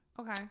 okay